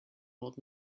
old